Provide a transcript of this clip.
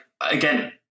again